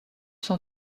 cent